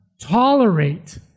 tolerate